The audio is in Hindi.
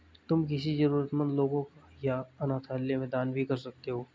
तुम किसी जरूरतमन्द लोगों या अनाथालय में दान भी कर सकते हो